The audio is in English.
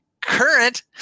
current